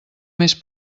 més